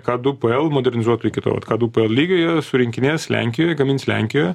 kad du p el modernizuotų iki to vat ka du lygio jie surinkinės lenkijoj gamins lenkijoje